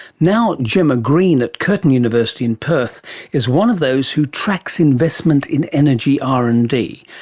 now jemma green at curtin university in perth is one of those who tracks investment in energy r and d,